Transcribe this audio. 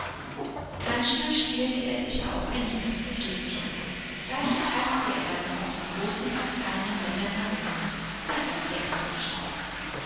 manchmal spielte er sich auch ein lustiges liedchen dazu tanzte er dann auf den großen kastanienblättern herum das sah sehr komisch aus